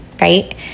right